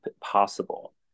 possible